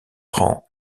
prend